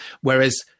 Whereas